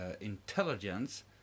intelligence